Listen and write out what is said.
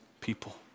people